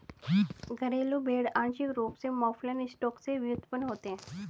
घरेलू भेड़ आंशिक रूप से मौफलन स्टॉक से व्युत्पन्न होते हैं